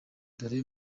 dore